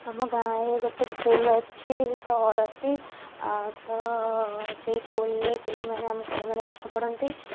ଆମ ଗାଁରେ ଗୋଟେ ସ୍କୁଲ ଅଛି ତ ଅଳତି ତ ସେଇ ସ୍କୁଲରେ ପିଲାମାନେ ଆମ ପିଲାମାନେ ପାଠ ପଢ଼ନ୍ତି